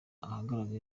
ahagaragara